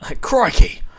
Crikey